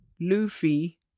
Luffy